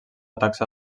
taxa